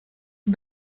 die